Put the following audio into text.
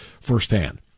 firsthand